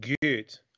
good